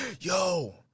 Yo